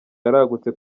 yaragutse